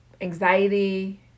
anxiety